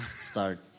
start